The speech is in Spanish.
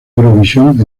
eurovisión